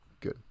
good